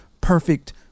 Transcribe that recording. Perfect